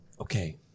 Okay